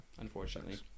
Unfortunately